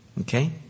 Okay